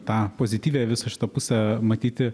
tą pozityvią visą šitą pusę matyti